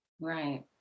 Right